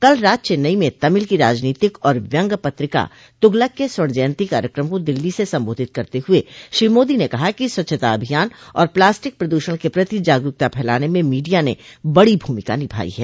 कल रात चेन्नई में तमिल की राजनीतिक और व्यंग्य पत्रिका तुगलक के स्वर्ण जयंती कार्यक्रम को दिल्ली से संबोधित करते हुए श्री मोदी ने कहा कि स्वच्छता अभियान और प्लास्टिक प्रदूषण के प्रति जागरूकता फैलाने में मीडिया ने बडो भूमिका निभाई है